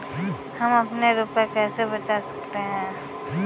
हम अपने रुपये कैसे बचा सकते हैं?